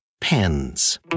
pens